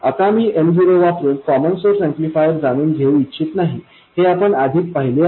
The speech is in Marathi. आता मी M0 वापरुन कॉमन सोर्स ऍम्प्लिफायर जाणून घेऊ इच्छित नाही हे आपण आधीच पाहिले आहे